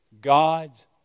God's